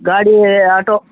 ಗಾಡಿ ಆಟೋ